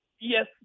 yes